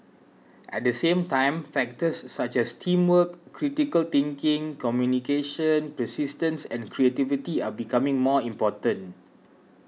at the same time factors such as teamwork critical thinking communication persistence and creativity are becoming more important